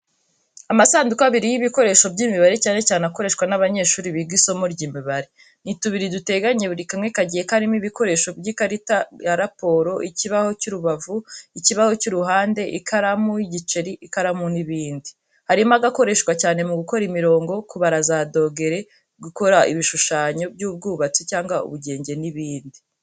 Amasanduku abiri y’ibikoresho by’imibare cyane cyane akoreshwa n’abanyeshuri biga isomo ry’Imibare. Ni tubiri duteganye buri kamwe kagiye karimo ibikoresho nk’ikarita ya raporo ikibaho cy’imbavu, ikibaho cy’uruhande, ikaramu, y’igiceri, ikaramu n’ibindi. Harimo agakoreshwa cyane mu gukora imirongo, kubara za dogere, gukora ibishushanyo by’ubwubatsi cyangwa mu bugenge n’ibindi.